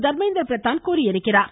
தர்மேந்திர பிரதான் தெரிவித்திருக்கிறார்